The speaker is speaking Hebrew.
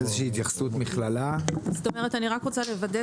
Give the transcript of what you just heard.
הצעת חוק התוכנית הכלכלית (תיקוני חקיקה ליישום